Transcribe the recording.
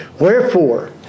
Wherefore